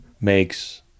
makes